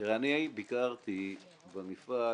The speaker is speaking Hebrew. תראה, ביקרתי במפעל